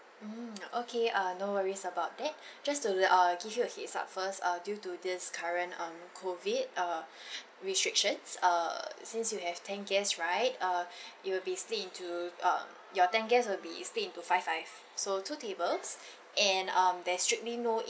mm okay uh no worries about that just to l~ err give you a hints up first uh due to this current um COVID uh restrictions err since you have ten guests right err you will be split into um your ten guest will be split into five five so two tables and um they're strictly no